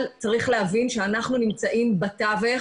אבל צריך להבין שאנחנו נמצאים בתווך,